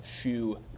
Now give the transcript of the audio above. shoe